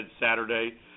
Saturday